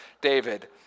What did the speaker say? David